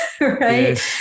right